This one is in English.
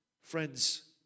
Friends